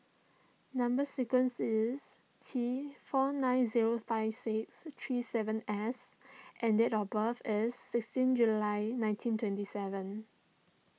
Number Sequence is T four nine zero five six three seven S and date of birth is sixteen July nineteen twenty seven